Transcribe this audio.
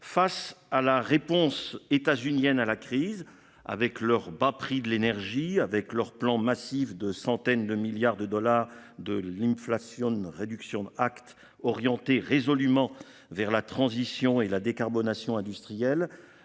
Face à la réponse états-unienne à la crise avec leur bas prix de l'énergie avec leur plan massif de centaines de milliards de dollars de l'inflation réduction Act orienter résolument vers la transition et la décarbonation industriel